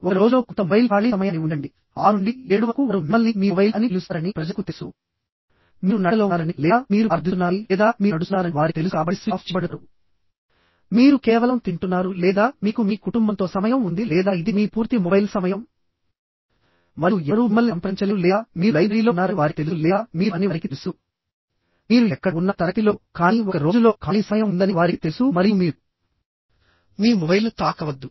ఒక రోజులో కొంత మొబైల్ ఖాళీ సమయాన్ని ఉంచండి 6 నుండి 7 వరకు వారు మిమ్మల్ని మీ మొబైల్ అని పిలుస్తారని ప్రజలకు తెలుసు మీరు నడకలో ఉన్నారని లేదా మీరు ప్రార్థిస్తున్నారని లేదా మీరు నడుస్తున్నారని వారికి తెలుసు కాబట్టి స్విచ్ ఆఫ్ చేయబడతారు మీరు కేవలం తింటున్నారు లేదా మీకు మీ కుటుంబంతో సమయం ఉంది లేదా ఇది మీ పూర్తి మొబైల్ సమయం మరియు ఎవరూ మిమ్మల్ని సంప్రదించలేరు లేదా మీరు లైబ్రరీలో ఉన్నారని వారికి తెలుసు లేదా మీరు అని వారికి తెలుసు మీరు ఎక్కడ ఉన్నా తరగతిలో కానీ ఒక రోజులో ఖాళీ సమయం ఉందని వారికి తెలుసు మరియు మీరు మీ మొబైల్ను తాకవద్దు